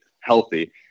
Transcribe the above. healthy